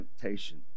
temptation